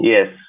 Yes